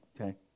Okay